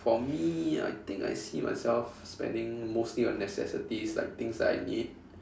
for me I think I see myself spending mostly on necessities like things I need